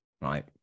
right